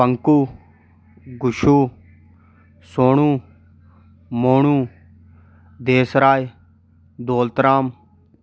Panku Guchhu Sonu Monu Des Raj Daulat Ram